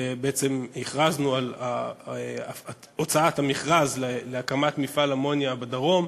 והכרזנו על הוצאת המכרז להקמת מפעל אמוניה בדרום,